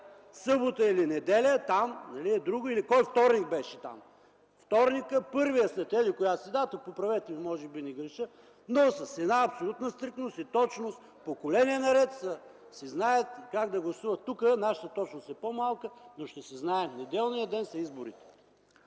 събота или неделя там или кой вторник беше там – първия след еди-коя си дата, поправете ме – може би не греша, но с една абсолютна стриктност и точност поколения наред си знаят как да гласуват. Нашата точност тук е по-малка, но ще се знае – неделният ден са изборите.